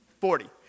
forty